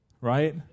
Right